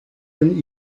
and